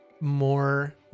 more